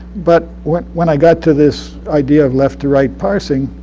but when when i got to this idea of left-to-right parsing,